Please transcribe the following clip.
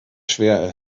schwer